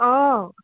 অ